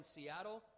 Seattle